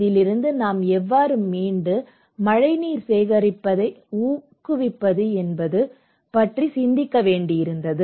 இதிலிருந்து நாம் எவ்வாறு மீண்டு மழைநீர் சேகரிப்பை ஊக்குவிப்பது என்பது பற்றி சிந்திக்க வேண்டியிருந்தது